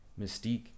Mystique